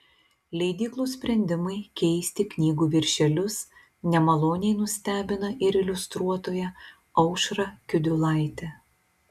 leidyklų sprendimai keisti knygų viršelius nemaloniai nustebina ir iliustruotoją aušrą kiudulaitę